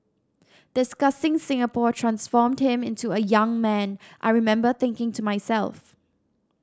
discussing Singapore transformed him into a young man I remember thinking to myself